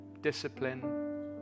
discipline